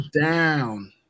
down